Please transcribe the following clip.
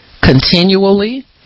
continually